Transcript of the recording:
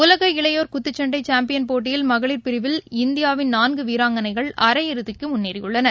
உலக இளையோர் குத்துச்சண்டைசாம்பியன் போட்டயின் பிரிவில் இந்தியாவின் மகளி நான்குவீராங்கனைகள் அரையிறுதிக்குமுன்னேறியுள்ளனர்